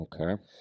Okay